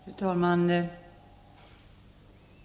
Fru talman!